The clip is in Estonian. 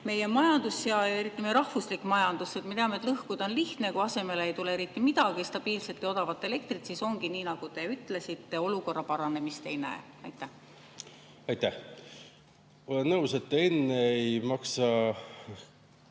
meie majandus, eriti meie rahvuslik majandus? Me teame, et lõhkuda on lihtne, kuid asemele ei tule eriti midagi, stabiilset ja odavat elektrit. Ja siis ongi nii, nagu te ütlesite: olukorra paranemist ei näe. Aitäh! Ma olen nõus, et enne ei maksa